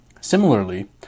Similarly